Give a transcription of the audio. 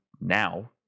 now